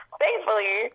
thankfully